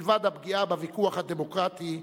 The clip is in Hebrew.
מלבד הפגיעה בוויכוח הדמוקרטי,